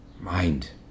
mind